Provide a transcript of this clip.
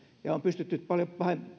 ja on pystytty paljon